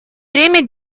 время